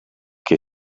che